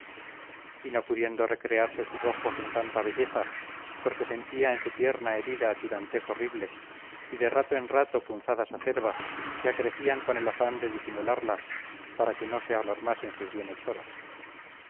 y no pudieron recrearse sus ojos en tanta belleza porque sentía en su pierna herida tirantez horrible y de rato en rato punzadas acerbas que acrecían con el afán de disimularlas para que no se alarmasen sus